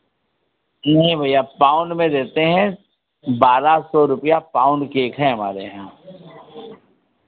जी नहीं भैया पाउन्ड में देते हैं बारह सौ रुपैया पाउन्ड केक है हमारे यहाँ